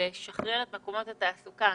לשחרר את מקומות התעסוקה.